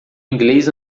inglês